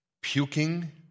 puking